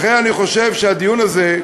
לכן אני חושב שהדיון הזה,